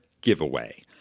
giveaway